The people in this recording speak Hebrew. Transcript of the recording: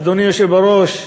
אדוני היושב-ראש,